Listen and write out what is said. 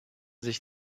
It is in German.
sich